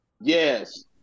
Yes